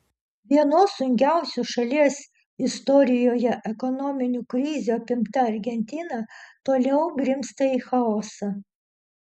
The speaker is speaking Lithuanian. vienos sunkiausių šalies istorijoje ekonominių krizių apimta argentina toliau grimzta į chaosą